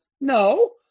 No